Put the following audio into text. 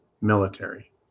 military